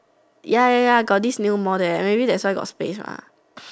ya ya ya got this new mall there maybe that's why got space mah